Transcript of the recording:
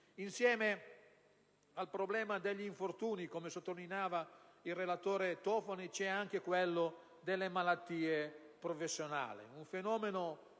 Insieme al problema degli infortuni, come sottolineava il relatore Tofani, c'è anche quello delle malattie professionali, un fenomeno